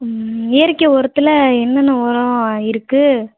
இயற்கை உரத்துல என்னென்ன உரோம் இருக்குது